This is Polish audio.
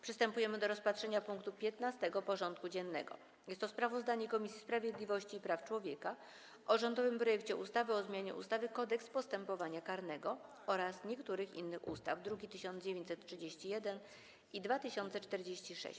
Przystępujemy do rozpatrzenia punktu 15. porządku dziennego: Sprawozdanie Komisji Sprawiedliwości i Praw Człowieka o rządowym projekcie ustawy o zmianie ustawy Kodeks postępowania karnego oraz niektórych innych ustaw (druki nr 1931 i 2046)